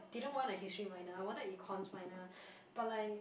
didn't want a history minor I wanted an econs minor but like